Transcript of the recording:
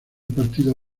partidos